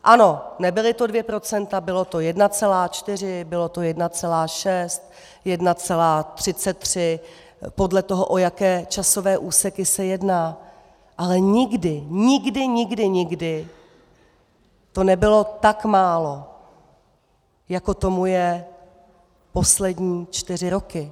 Ano, nebyla to 2 %, bylo to 1,4, bylo to 1,6, 1,33, podle toho, o jaké časové úseky se jedná, ale nikdy, nikdy, nikdy, nikdy to nebylo tak málo, jako tomu je poslední čtyři roky.